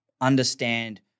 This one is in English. understand